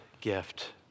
gift